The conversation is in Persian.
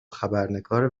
خبرنگار